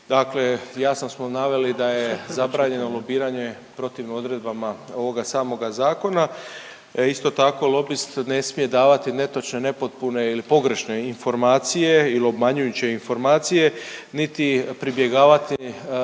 Dakle, jasno smo naveli da je zabranjeno lobiranje protivno odredbama ovoga samoga zakona. Isto tako lobist ne smije davati netočne, nepotpune ili pogrešne informacije il obmanjujuće informacije, niti pribjegavati